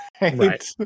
Right